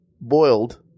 boiled